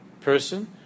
person